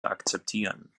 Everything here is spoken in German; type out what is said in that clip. akzeptieren